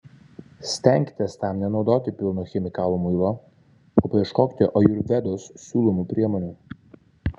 stenkitės tam nenaudoti pilno chemikalų muilo o paieškokite ajurvedos siūlomų priemonių